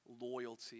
loyalty